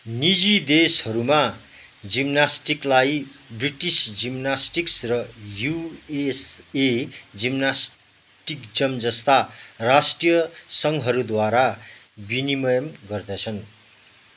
निजी देशहरूमा जिमनास्टिकलाई ब्रिटिस जिमनास्टिक्स र युएसए जिमनाजिय्म जस्ता राष्ट्रिय सङ्घहरूद्वारा विनियमन गर्दछन्